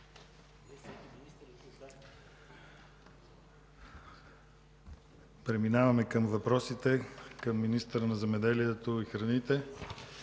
Преминаваме към въпросите към министъра на земеделието и храните